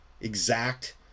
exact